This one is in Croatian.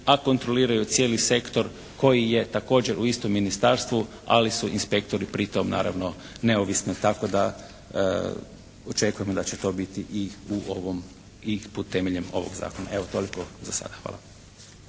a kontroliraju cijeli sektor koji je također u istom ministarstvu ali su inspektori pri tom naravno neovisni tako da očekujemo da će to biti i u ovom, i temeljem ovog zakona. Evo, toliko za sada. Hvala.